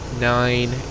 Nine